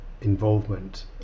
involvement